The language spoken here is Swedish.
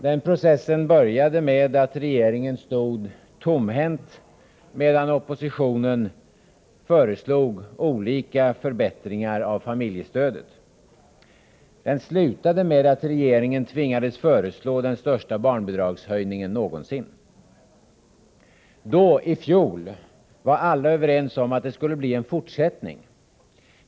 Den processen började med att regeringen stod tomhänt medan oppositionen föreslog olika förbättringar av familjestödet. Den slutade med att regeringen tvingades föreslå den största barnbidragshöjningen någonsin. Då, i fjol, var alla överens om att det skulle bli en fortsättning.